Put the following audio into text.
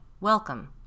welcome